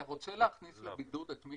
אתה רוצה להכניס לבידוד את מי